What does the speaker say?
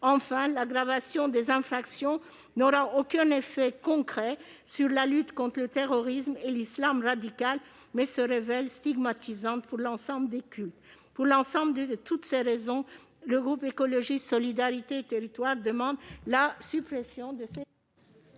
outre, l'aggravation des infractions n'aura aucun effet concret sur la lutte contre le terrorisme et l'islam radical, elle se révèle stigmatisante pour l'ensemble des cultes. Pour l'ensemble de ces raisons, le groupe Écologiste - Solidarité et Territoires demande la suppression de